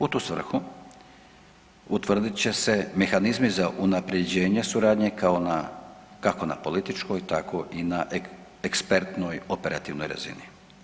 U tu svrhu utvrdit će se mehanizmi za unaprjeđenje suradnje kao na, kako na političkoj, tako i na ekspertnoj operativnoj razini.